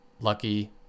lucky